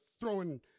throwing